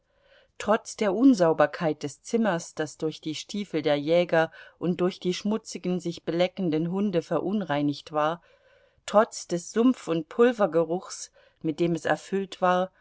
trotz der unsauberkeit des zimmers das durch die stiefel der jäger und durch die schmutzigen sich beleckenden hunde verunreinigt war trotz des sumpf und pulvergeruchs mit dem es erfüllt war